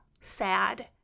sad